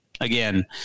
again